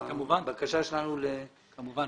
כמובן.